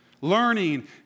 Learning